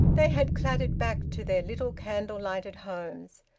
they had clattered back to their little candle-lighted homes.